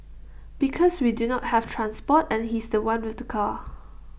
because we do not have transport and he's The One with the car